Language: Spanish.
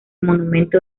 monumento